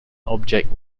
object